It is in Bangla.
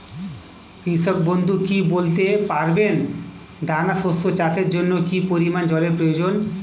কৃষক বন্ধু কি বলতে পারবেন দানা শস্য চাষের জন্য কি পরিমান জলের প্রয়োজন?